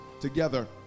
together